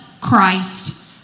Christ